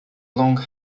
long